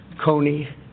Coney